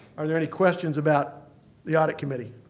are there any questions about the audit committee?